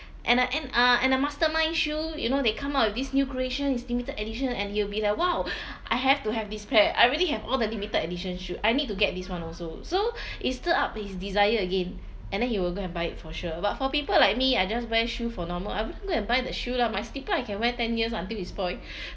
and uh and uh and a Mastermind shoe you know they come up with this new creation it's limited edition and he'll be like !wow! I have to have this pair I really have all the limited edition shoe I need to get this [one] also so it stir up his desire again and then you will go and buy it for sure but for people like me I just wear shoe for normal I wouldn't go and buy that shoe lah my slipper I can wear ten years until it's spoiled